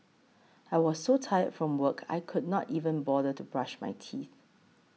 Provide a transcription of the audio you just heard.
I was so tired from work I could not even bother to brush my teeth